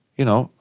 you know,